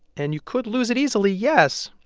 and you could lose it easily, yes.